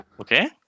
Okay